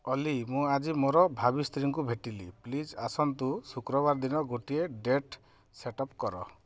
ଅଲି ମୁଁ ଆଜି ମୋର ଭାବି ସ୍ତ୍ରୀଙ୍କୁ ଭେଟିଲି ପ୍ଲିଜ୍ ଆସନ୍ତୁ ଶୁକ୍ରବାର ଦିନ ଗୋଟିଏ ଡେଟ୍ ସେଟ୍ ଅପ୍ କର